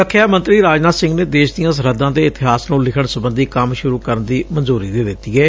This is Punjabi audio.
ਰੱਖਿਆ ਮੰਤਰੀ ਰਾਜਨਾਬ ਸਿੰਘ ਨੇ ਦੇਸ਼ ਦੀਆਂ ਸਰਹੱਦਾਂ ਦੇ ਇਤਿਹਾਸ ਨੂੰ ਲਿਖਣ ਸਬੰਧੀ ਕੰਮ ਸੁਰੁ ਕਰਨ ਦੀ ਮਨਜੁਰੀ ਦੇ ਦਿੱਤੀ ਏ